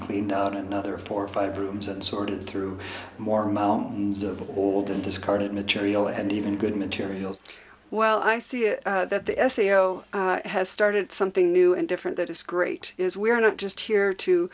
cleaned out another four or five rooms and sorting through more mounds of old and discarded material and even good material well i see that the s e a l has started something new and different that is great is we're not just here to